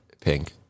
pink